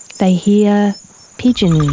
they hear pigeons,